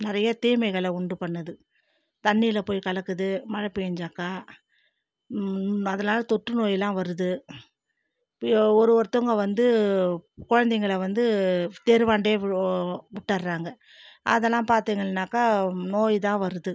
நிறைய தீமைகள உண்டு பண்ணுது தண்ணியில் போய் கலக்குது மழை பெஞ்சாக்க அதனால் தொற்று நோயிலாம் வருது யோ ஒருஒருத்தங்க வந்து குழந்தைங்கள வந்து தெருவான்டே விட்டிடுறாங்க அதலாம் பார்த்திங்கள்னாக்க நோய்தான் வருது